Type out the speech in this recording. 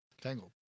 Tangled